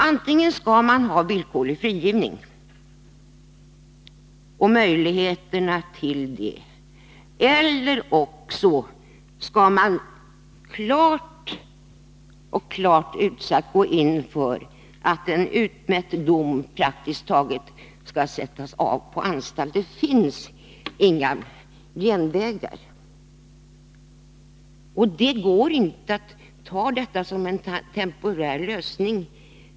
Antingen skall man ha villkorlig frigivning och möjligheterna tilldet, eller också skall man klart gå in för att en utmätt dom skall avtjänas på anstalt. Det finns inga genvägar. Det går inte att ta detta som en temporär lösning.